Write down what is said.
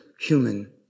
human